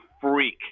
freak